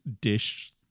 dish